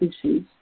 issues